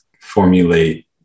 formulate